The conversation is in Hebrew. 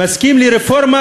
אני מסכים לרפורמה,